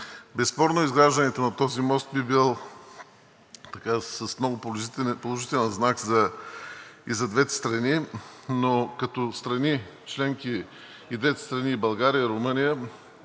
Безспорно е – изграждането на този мост би бил с много положителен знак и за двете страни, но като страни членки – и двете страни – България, Румъния,